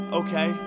okay